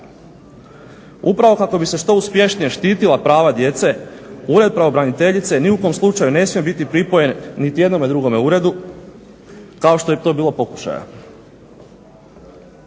Upravo kako bi se što uspješnije štitila prava djece Ured pravobraniteljice ni u kom slučaju ne smije biti pripojen niti jednom drugom uredu kao što je to bilo pokušaja.